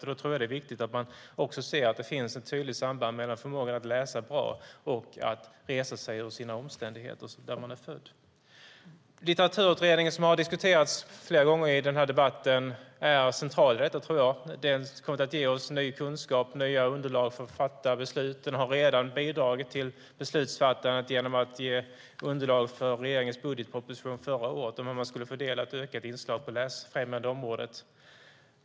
Då tror jag att det är viktigt att man också ser att det finns ett tydligt samband mellan förmågan att läsa bra och att resa sig ur sina omständigheter, där man är född. Litteraturutredningen, som har diskuterats flera gånger i debatten, är central i detta. Den kommer att ge oss ny kunskap och nya underlag för att fatta beslut. Den har redan bidragit till beslutsfattandet genom att ge underlag för regeringens budgetproposition förra året om hur man skulle fördela ett ökat inslag på det läsfrämjande området.